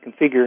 configure